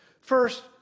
First